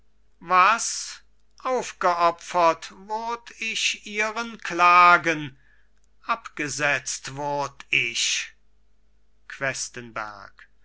was aufgeopfert wurd ich ihren klagen abgesetzt wurd ich questenberg